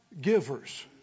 givers